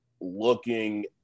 looking